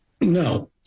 No